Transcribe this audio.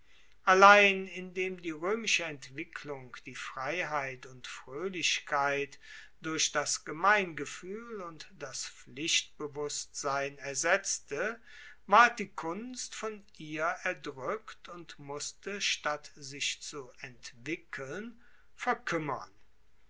allein indem die roemische entwicklung die freiheit und froehlichkeit durch das gemeingefuehl und das pflichtbewusstsein ersetzte ward die kunst von ihr erdrueckt und musste statt sich zu entwickelt verkuemmern